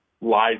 life